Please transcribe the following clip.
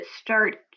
start